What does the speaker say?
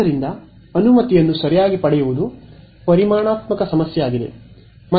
ಆದ್ದರಿಂದ ಅನುಮತಿಯನ್ನು ಸರಿಯಾಗಿ ಪಡೆಯುವುದು ಪರಿಮಾಣಾತ್ಮಕ ಸಮಸ್ಯೆಯಾಗಿದೆ